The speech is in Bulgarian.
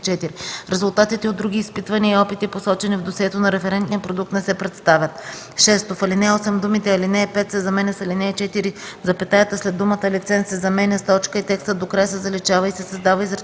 Резултатите от други изпитвания и опити, посочени в досието на референтния продукт не се представят.” 6. В ал. 8 думите „ал. 5” се заменят с „ал. 4”, запетаята след думата „лиценз” се заменя с точка и текстът до края се заличава, и се създава изречение